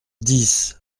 dix